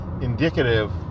Indicative